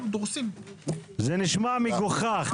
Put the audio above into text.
זה נשמע מגוחך.